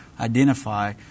identify